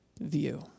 view